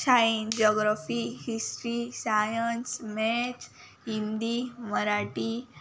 शाळेंत geography history science maths Hindi Marathi